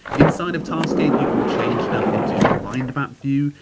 inside of taskade you can change stuff into mind map view,